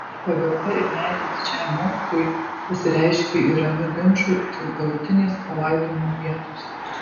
pagarba ir meilė didžiajam mokytojui pasireiškė ir ramiu ginču dėl galutinės palaidojimo vietos